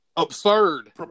Absurd